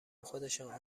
خودشان